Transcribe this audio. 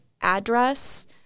address